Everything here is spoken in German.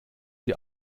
die